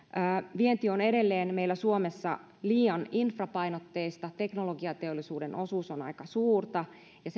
vienti on edelleen meillä suomessa liian infrapainotteista teknologiateollisuuden osuus on aika suurta ja